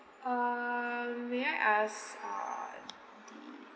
uh may I ask uh the